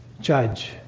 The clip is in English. judge